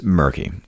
murky